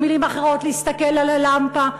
במילים אחרות כאילו להסתכל על הלמפה,